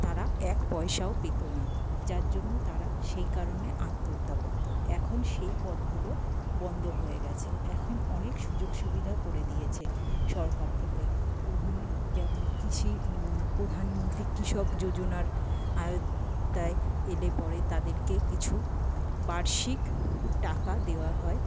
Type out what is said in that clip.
তারা এক পয়সাও পেতো না যার জন্য তারা সেই কারণে আত্মহত্যা করতো এখন সেই পদগুলো বন্ধ হয়ে গেছে এখন অনেক সুযোগ সুবিধাও করে দিয়েছে সরকার থেকে যেমন কৃষি প্রধানমন্ত্রী কৃষক যোজনার আওতায় এলে পরে তাদেরকে কিছু বার্ষিক টাকা দেওয়া হয়